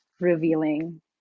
revealing